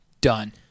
done